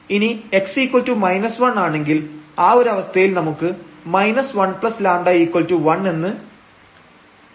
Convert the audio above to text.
ഇനി x 1 ആണെങ്കിൽ ആ ഒരു അവസ്ഥയിൽ നമുക്ക് 1λ1 എന്ന് ലഭിക്കും